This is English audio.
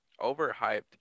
Overhyped